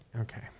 Okay